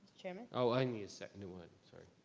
chairman? oh, i need a second, go on, sorry.